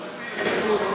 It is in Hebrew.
רצינו לקדם אותך.